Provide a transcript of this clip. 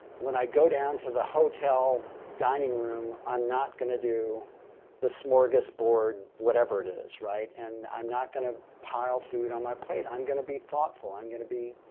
when i go down to the hotel dining room, i'm not going to do the smorgasbord, whatever it is, right? and i'm not going to pile food on my plate. i'm going to be thoughtful. i'm going to be,